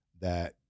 that-